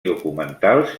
documentals